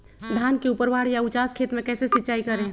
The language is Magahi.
धान के ऊपरवार या उचास खेत मे कैसे सिंचाई करें?